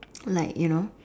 like you know